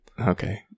Okay